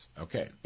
Okay